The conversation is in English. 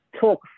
talk